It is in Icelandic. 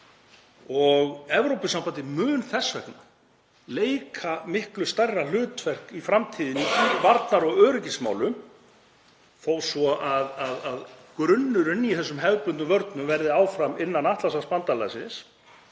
og Evrópusambandið mun þess vegna leika miklu stærra hlutverk í framtíðinni í varnar- og öryggismálum, þó svo að grunnurinn í þessum hefðbundnu vörnum verði áfram innan Atlantshafsbandalagsins